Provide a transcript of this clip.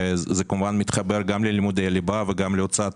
וזה כמובן מתחבר גם ללימודי הליבה וגם להוצאת